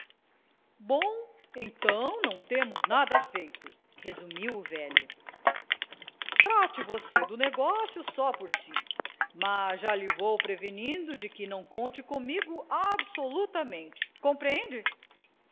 bom então não temos nada feito resumiu o velho trate você do negócio só por si mas já lhe vou prevenindo de que não conte comigo absolutamente compreende